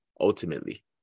ultimately